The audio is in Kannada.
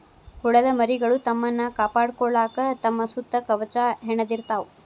ಹುಳದ ಮರಿಗಳು ತಮ್ಮನ್ನ ಕಾಪಾಡಕೊಳಾಕ ತಮ್ಮ ಸುತ್ತ ಕವಚಾ ಹೆಣದಿರತಾವ